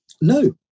No